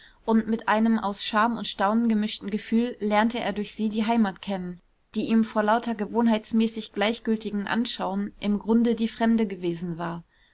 und mit einem aus scham und staunen gemischten gefühl lernte er durch sie die heimat kennen die ihm vor lauter gewohnheitsmäßig gleichgültigem anschauen im grunde die fremde gewesen war